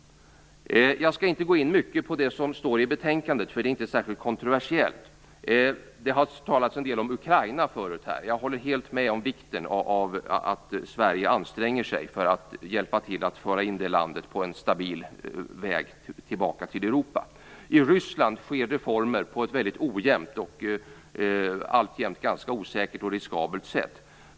Jag skall inte gå in mycket på det som står i betänkandet, för det är inte särskilt kontroversiellt. Det har talats en del om Ukraina tidigare. Jag håller helt med om vikten av att Sverige anstränger sig för att hjälpa till att föra in det landet på en stabil väg tillbaka till I Ryssland sker reformer på ett mycket ojämnt och alltjämt ganska osäkert och riskabelt sätt.